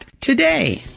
today